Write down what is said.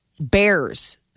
bears